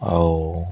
ଆଉ